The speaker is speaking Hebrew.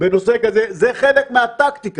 בנושא כזה, זה חלק מהטקטיקה.